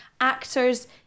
actors